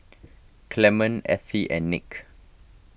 Clement Ethie and Nick